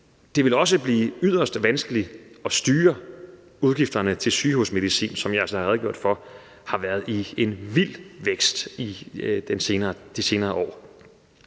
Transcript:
Det ville også blive yderst vanskeligt at styre udgifterne til sygehusmedicin, som jeg altså har redegjort for har været i en vild vækst i de senere år.